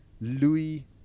Louis